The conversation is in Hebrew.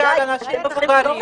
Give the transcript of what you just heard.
לעולם לא תשכח אותי.